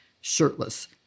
shirtless